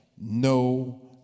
No